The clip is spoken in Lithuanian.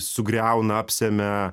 sugriauna apsemia